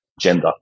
gender